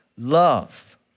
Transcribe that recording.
Love